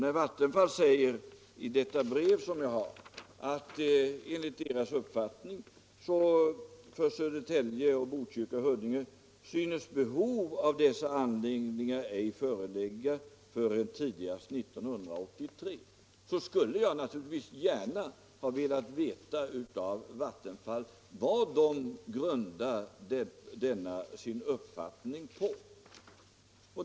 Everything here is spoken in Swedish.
Vattenfall säger i det brev jag har att enligt deras upp fattning ”synes behov av dessa anläggningar ej föreligga förrän tidigast 1983” för Södertälje, Botkyrka och Huddinge. Då skulle jag naturligtvis gärna velat veta av Vattenfall vad de grundar denna sin uppfattning på.